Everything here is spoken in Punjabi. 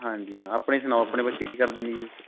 ਹਾਂਜੀ ਹਾਂ ਆਪਣੇ ਸੁਣਾਓ ਆਪਣੇ ਬੱਚੇ ਕੀ ਕਰਦੇ ਨੇ ਜੀ